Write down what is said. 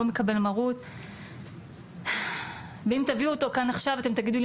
לא מקבל מרות ואם תביאו אותו כאן עכשיו אתם תגידו לי,